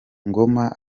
ngoma